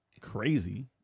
crazy